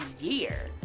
year